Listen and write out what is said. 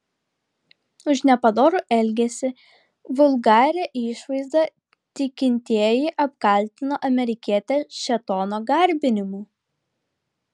už nepadorų elgesį vulgarią išvaizdą tikintieji apkaltino amerikietę šėtono garbinimu